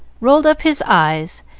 rolled up his eyes,